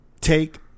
take